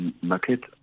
market